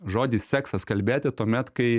žodį seksas kalbėti tuomet kai